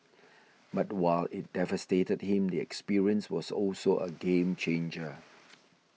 but while it devastated him the experience was also a game changer